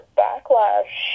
backlash